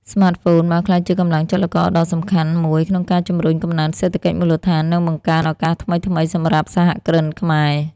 ស្មាតហ្វូនបានក្លាយជាកម្លាំងចលករដ៏សំខាន់មួយក្នុងការជំរុញកំណើនសេដ្ឋកិច្ចមូលដ្ឋាន និងបង្កើតឱកាសថ្មីៗសម្រាប់សហគ្រិនខ្មែរ។